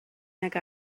nag